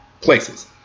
places